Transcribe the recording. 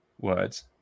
words